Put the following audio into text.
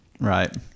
Right